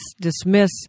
dismiss